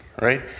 right